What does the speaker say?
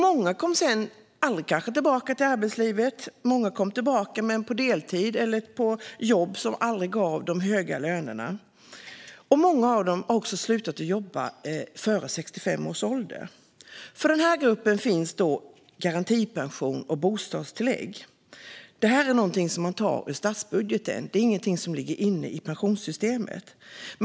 Många kom kanske aldrig tillbaka till arbetslivet. De som kom tillbaka kanske gjorde det på deltid eller i jobb som aldrig gav de höga lönerna. Många av dem har också slutat att jobba före 65 års ålder. För den här gruppen finns i dag garantipension och bostadstillägg. Detta är något som man tar ur statsbudgeten; det ligger inte i pensionssystemet.